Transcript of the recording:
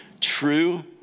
true